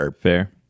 fair